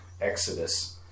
Exodus